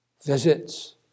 visits